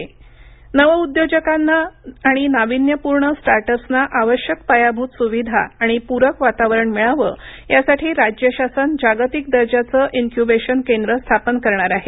startup नवउद्योजकांना आणि नाविन्यपूर्ण स्टार्टअप्सना आवश्यक पायाभूत सुविधा आणि पूरक वातावरण मिळावं यासाठी राज्य शासन जागतिक दर्जाचं इन्क्युबेशन केंद्र स्थापन करणार आहे